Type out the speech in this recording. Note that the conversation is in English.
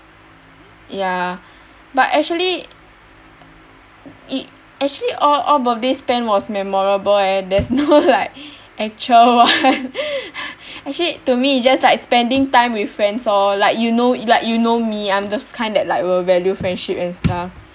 ya but actually it actually all all birthday spent was memorable leh and there's no like actual one actually to me is just like spending time with friends lor like you know like you know me I'm those kind that like will value friendship and stuff